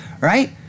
Right